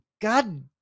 God